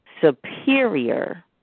superior